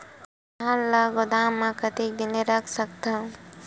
धान ल गोदाम म कतेक दिन रख सकथव?